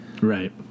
Right